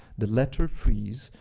the letter frieze,